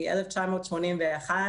מ-1981.